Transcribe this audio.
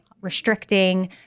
restricting